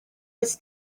its